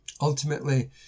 Ultimately